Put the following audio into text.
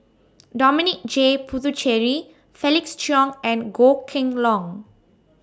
Dominic J Puthucheary Felix Cheong and Goh Kheng Long